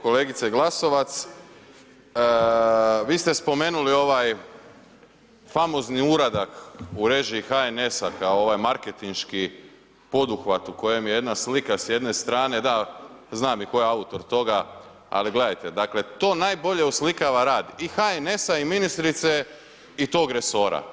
Kolegice Glasovac, vi ste spomenuli ovaj famozni uradak u režiji HNS-a kao ovaj marketinški poduhvat u kojem je jedna slika s jedne strane, da, znam i tko je autor toga, ali gledajte dakle to najbolje oslikava rad i HNS-a i ministrice i tog resora.